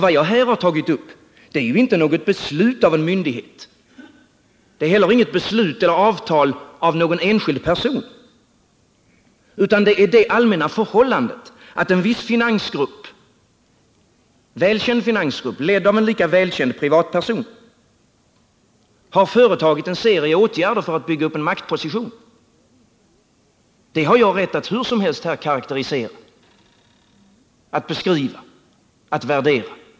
Vad jag här har tagit upp är ju inte något beslut av en myndighet. Det är heller inget avtal av någon enskild person — det är det allmänna förhållandet att en viss välkänd finansgrupp, ledd av en lika välkänd privatperson, företagit en serie åtgärder för att bygga upp en maktposition. Det har jag rätt att här hur som helst karakterisera, beskriva, värdera.